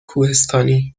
کوهستانی